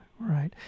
Right